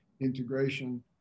integration